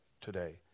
today